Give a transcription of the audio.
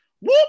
Whoop